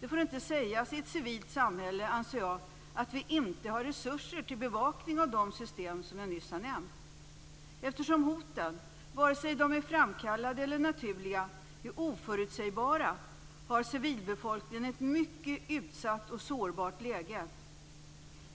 Det får inte, anser jag, i ett civilt samhälle sägas att vi inte har resurser till bevakning av de system som jag nyss har nämnt. Eftersom hoten, vare sig de är framkallade eller naturliga, är oförutsägbara, har civilbefolkningen ett mycket utsatt och sårbart läge.